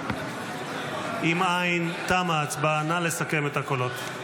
אם אין, תמה ההצבעה, נא לסכם את הקולות.